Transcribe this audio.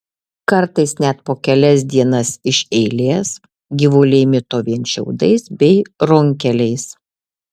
kartais net po kelias dienas iš eilės gyvuliai mito vien šiaudais bei runkeliais